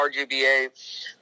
RGBA